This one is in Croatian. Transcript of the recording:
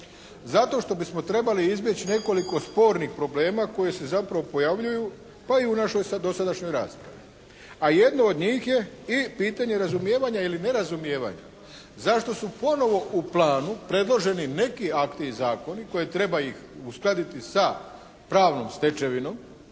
Zato što bismo trebali zbjeći nekoliko spornih problema koji se zapravo pojavljuju pa i u našoj dosadašnjoj raspravi, a jedno od njih je i pitanje razumijevanja ili nerazumijevanja zašto su ponovo u planu predloženi neki akti i zakoni koje treba uskladiti sa pravnom stečevinom,